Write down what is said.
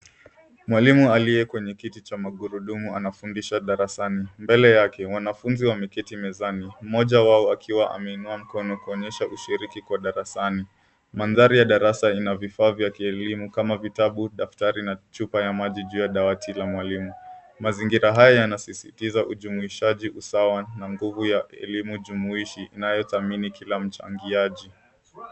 Mwalimu aliye kwenye kiti cha magurudumu anafundisha darasani. Mbele yake wanafunzi wameketi mezani. Mmoja wao akiwa ameinua mkono kuonyesha kushiriki kwa darasani. Mandhari ya darasa ina vifaa vya kielimu kama vitabu, daftari na chupa ya maji juu ya dawati ya mwalimu. Mazingira haya yanasisitiza ujumuishaji usawa na nguvu ya elimu jumuishi inayothamini kila mchangiaji.